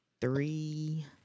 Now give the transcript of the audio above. Three